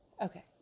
Okay